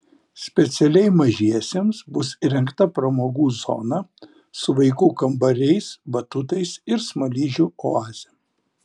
specialiai mažiesiems bus įrengta pramogų zona su vaikų kambariais batutais ir smaližių oaze